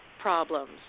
problems